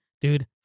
dude